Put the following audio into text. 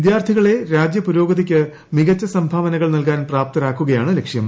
വിദ്യാർത്ഥികളെ രാജ്യ പുരോഗതിയ്ക്ക് മികച്ച സംഭാവനകൾ നൽകാൻ പ്രാപ്പ്ത്രാക്കുകയാണ് ലക്ഷ്യം